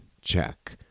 check